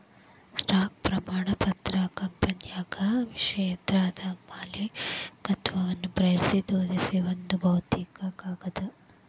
stock ಪ್ರಮಾಣ ಪತ್ರ ಕಂಪನ್ಯಾಗ ಷೇರ್ದಾರ ಮಾಲೇಕತ್ವವನ್ನ ಪ್ರತಿನಿಧಿಸೋ ಒಂದ್ ಭೌತಿಕ ಕಾಗದ